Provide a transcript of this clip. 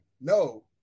no